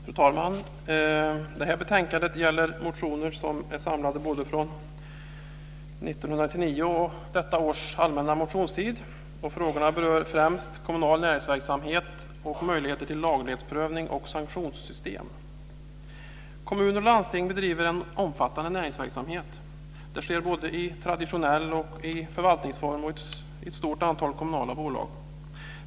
Fru talman! Det här betänkandet gäller motioner som är samlade från både 1999 års och detta års allmänna motionstid. Frågorna berör främst kommunal näringsverksamhet och möjligheter till laglighetsprövning och sanktionssystem. Kommuner och landsting bedriver en omfattande näringsverksamhet. Det sker både i traditionell förvaltningsform och i ett stort antal kommunala bolag.